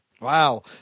Wow